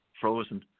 frozen